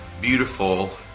beautiful